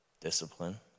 Discipline